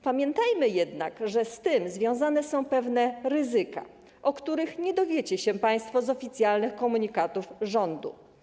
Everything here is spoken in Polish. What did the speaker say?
Pamiętajmy jednak, że z tym związane są pewne ryzyka, o których nie dowiecie się państwo z oficjalnych komunikatów rządu.